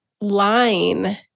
line